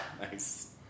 Nice